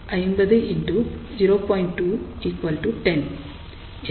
2 10